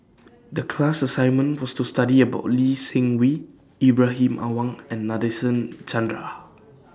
The class assignment was to study about Lee Seng Wee Ibrahim Awang and Nadasen Chandra